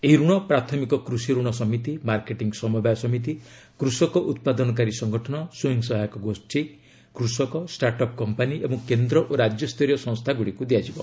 ଏହି ଋଣ ପ୍ରାଥମିକ କୃଷି ଋଣ ସମିତି ମାର୍କେଟିଂ ସମବାୟ ସମିତି କୃଷକ ଉତ୍ପାଦନକାରୀ ସଙ୍ଗଠନ ସ୍ୱୟଂ ସହାୟକ ଗୋଷ୍ଠୀ କୃଷକ ଷ୍ଟାର୍ଟ ଅପ୍ କମ୍ପାନୀ ଏବଂ କେନ୍ଦ୍ର ଓ ରାଜ୍ୟସ୍ତରୀୟ ସଂସ୍ଥାଗୁଡ଼ିକୁ ଦିଆଯିବ